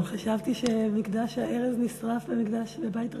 אבל חשבתי שמקדש הארז נשרף, המקדש, בית ראשון.